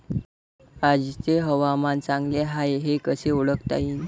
आजचे हवामान चांगले हाये हे कसे ओळखता येईन?